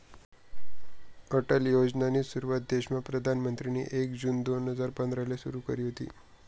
अटल योजनानी सुरुवात देशमा प्रधानमंत्रीनी एक जून दोन हजार पंधराले सुरु करी व्हती